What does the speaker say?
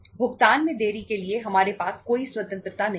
भुगतान में देरी के लिए हमारे पास कोई स्वतंत्रता नहीं है